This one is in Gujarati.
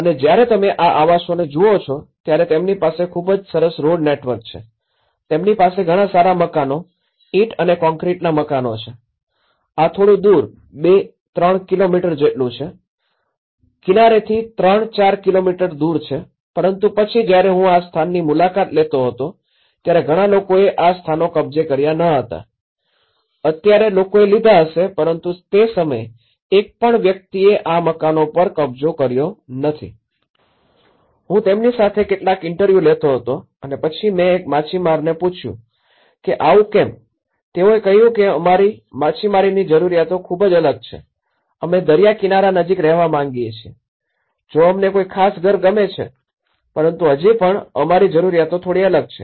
અને જ્યારે તમે આ આવાસોને જુઓ છો ત્યારે તેમની પાસે ખૂબ જ સરસ રોડ નેટવર્ક છે તેમની પાસે ઘણા સારા મકાનો ઇંટ અને કોન્ક્રીટના મકાનો છે આ થોડું દૂર ૨૩ કિલોમીટર જેટલું છે કિનારેથી ૩૪ કિલોમીટર દૂર છે પરંતુ પછી જ્યારે હું આ સ્થાનની મુલાકાત લેતો હતો ત્યારે ઘણા લોકોએ આ સ્થાનો કબજે કર્યા ન હતા અત્યારે લોકોએ લીધા હશે પરંતુ તે સમયે એક પણ વ્યક્તિએ આ મકાનો પર કબજો કર્યો નથી હું તેમની સાથે કેટલાક ઇન્ટરવ્યુ લેતો હતો અને પછી મેં એક માછીમારને પૂછ્યું કે આવું કેમ તેઓએ કહ્યું કે અમારી માછીમારીની જરૂરિયાતો ખૂબ જ અલગ છે અમે દરિયા કિનારા નજીક રહેવા માંગીએ છીએ જોકે અમને કોઈ ખાસ ઘર ગમે છે પરંતુ હજી પણ અમારી જરૂરિયાતો થોડી અલગ છે